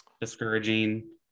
discouraging